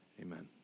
amen